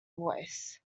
voice